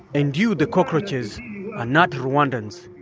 and you, the cockroaches, are not rwandans.